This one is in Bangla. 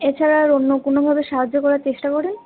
এছাড়া আর অন্য কোনোভাবে সাহায্য করার চেষ্টা করেন